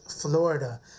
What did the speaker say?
Florida